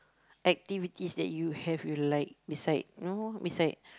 activities that you have you like beside you know beside